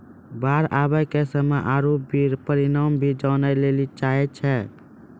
बाढ़ आवे के समय आरु परिमाण भी जाने लेली चाहेय छैय?